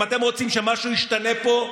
אם אתם רוצים שמשהו ישתנה פה,